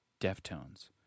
Deftones